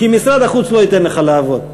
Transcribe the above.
כי משרד החוץ לא ייתן לך לעבוד.